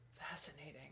Fascinating